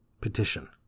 Petition